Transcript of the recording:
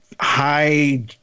high